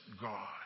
God